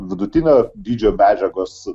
vidutinio dydžio medžiagos